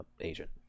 agent